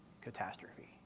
catastrophe